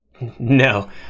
No